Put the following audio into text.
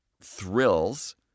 thrills